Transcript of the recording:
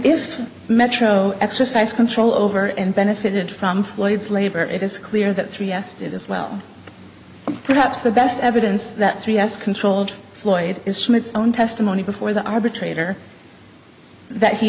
if metro exercise control over and benefited from floyd's labor it is clear that three s did as well perhaps the best evidence that three s controlled floyd is smith's own testimony before the arbitrator that he